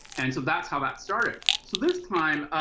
and so that's how that started. so this time,